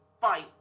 Fight